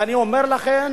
ואני אומר לכן: